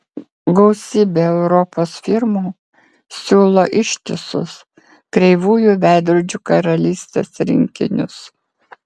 gausybė europos firmų siūlo ištisus kreivųjų veidrodžių karalystės rinkinius